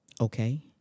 Okay